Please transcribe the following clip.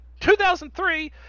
2003